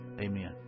Amen